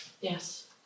Yes